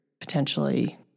potentially